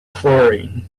chlorine